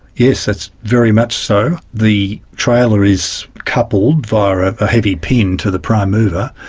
yes, that's very much so. the trailer is coupled via a heavy pin to the prime mover,